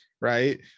right